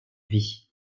vie